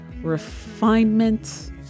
refinement